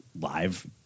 live